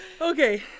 Okay